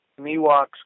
Miwok's